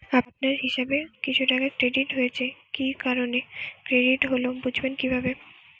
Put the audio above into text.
আপনার হিসাব এ কিছু টাকা ক্রেডিট হয়েছে কি কারণে ক্রেডিট হল বুঝবেন কিভাবে?